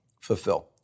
fulfill